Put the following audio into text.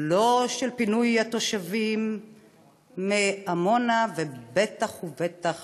לא של פינוי התושבים מעמונה ובטח ובטח